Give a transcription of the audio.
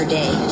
day